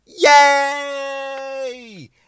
Yay